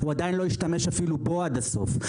הוא עדיין לא השתמש אפילו בו עד הסוף.